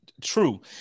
true